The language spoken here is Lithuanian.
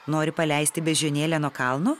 nori paleisti beždžionėlę nuo kalno